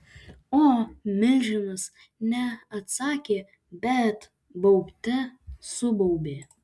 o milžinas ne atsakė bet baubte subaubė